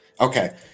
Okay